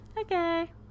Okay